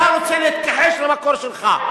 אתה רוצה להתכחש למקור שלך,